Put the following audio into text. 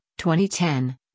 2010